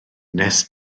nes